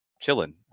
chilling